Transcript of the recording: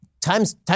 time's